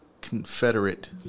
Confederate